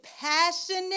passionate